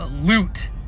Loot